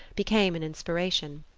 became an inspiration.